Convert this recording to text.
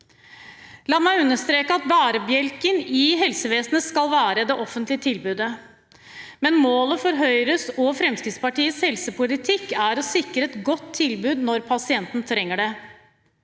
La meg understreke at bærebjelken i helsevesenet skal være det offentlige tilbudet. Målet for Høyres og Fremskrittspartiets helsepolitikk er å sikre et godt tilbud når pasienten trenger det.